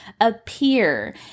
appear